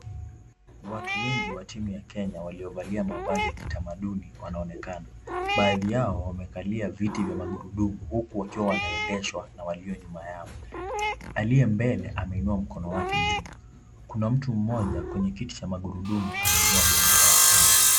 Watu wengi wa timu ya Kenya waliovalia mavazi ya kitamaduni wanaonekana. Baadhi ya wanakalia viti vya magurudumu huku akiwa anaendeshwa na walio nyuma yao. Aliye mbele ameinua mkono wake juu. Kuna mtu mmoja kwenye kiti cha magurudumu ameinua bendera ya Kenya.